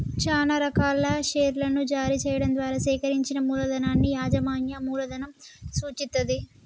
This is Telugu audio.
చానా రకాల షేర్లను జారీ చెయ్యడం ద్వారా సేకరించిన మూలధనాన్ని యాజమాన్య మూలధనం సూచిత్తది